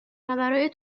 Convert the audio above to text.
برای